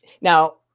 now